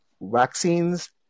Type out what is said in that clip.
vaccines